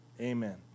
Amen